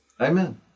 Amen